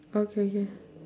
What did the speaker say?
okay K